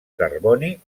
carboni